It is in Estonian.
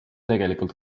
tegelikult